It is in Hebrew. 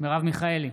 מרב מיכאלי,